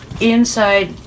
inside